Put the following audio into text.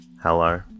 Hello